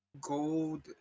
gold